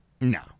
No